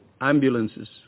ambulances